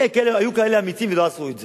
היו כאלה אמיצים ולא עשו את זה.